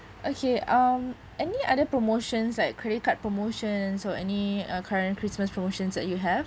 okay um any other promotions like credit card promotions or any uh current christmas promotions that you have